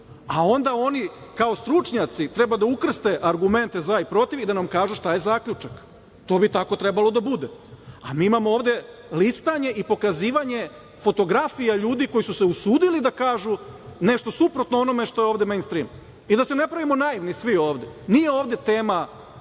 Onda oni kao stručnjaci treba da ukrste argumente za i protiv i da nam kažu šta je zaključak. To bi tako trebalo da bude, a mi imamo ovde listanje i pokazivanje fotografija ljudi koji su se usudili da kažu nešto suprotno onome što je ovde „mejn strim“.Da se ne pravimo naivni svi ovde. Nije ovde tema